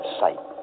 sight